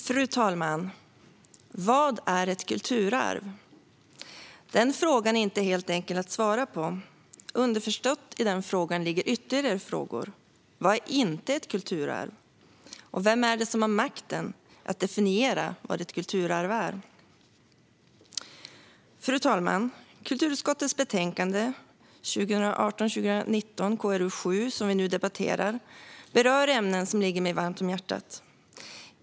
Fru talman! Vad är ett kulturarv? Denna fråga är inte helt enkel att svara på. Underförstått i frågan ligger ytterligare frågor. Vad är inte ett kulturarv? Vem är det som har makten att definiera vad ett kulturarv är? Fru talman! Kulturutskottets betänkande 2018/19:KrU7, som vi nu debatterar, berör ämnen som ligger mig varmt om hjärtat.